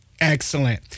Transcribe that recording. Excellent